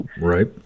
Right